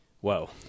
Whoa